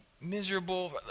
miserable